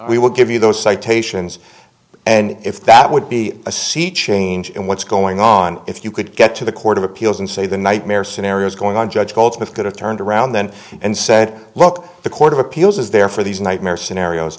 we will give you those citations and if that would be a sea change in what's going on if you could get to the court of appeals and say the nightmare scenario is going on judge goldsmith could have turned around then and said look the court of appeals is there for these nightmare scenarios